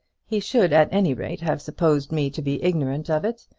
he should at any rate have supposed me to be ignorant of it.